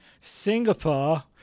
singapore